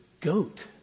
goat